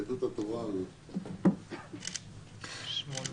הצבעה אושר.